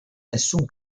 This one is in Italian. nessun